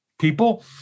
people